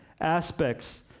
aspects